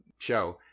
show